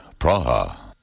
Praha